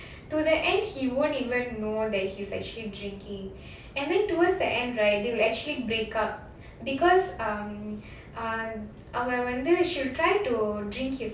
to the end he won't even know that he's actually drinking and then towards the end right they will actually break up because um uh அவ வந்து:ava vandhu she'll try to drink his